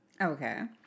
Okay